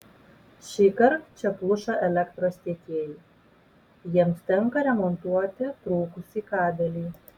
šįkart čia pluša elektros tiekėjai jiems tenka remontuoti trūkusį kabelį